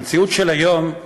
המציאות של היום היא